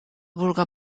vulga